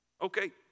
Okay